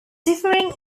differing